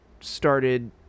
started